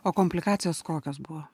o komplikacijos kokios buvo